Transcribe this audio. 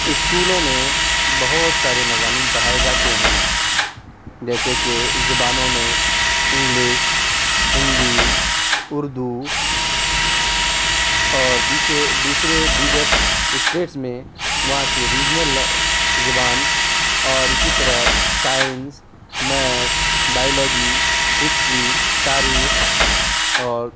اسکولوں میں بہت سارے مضامین پڑھائے جاتے ہیں جیسے کہ زبانوں میں انگلش ہندی اردو اور دسے دوسرے دیگر اسٹیٹس میں وہاں کے ریجنل زبان اور اسی طرح سائنس میتھ بائیولوجی ہسٹری تاریخ اور